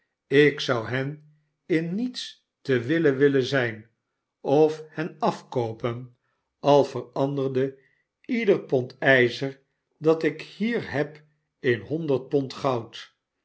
ik zou hen in niets te wille willen zijn of hen afkoopen al veranderde ieder pond ijzer dat ik hier heb in honderd